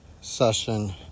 session